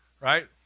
Right